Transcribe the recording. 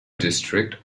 district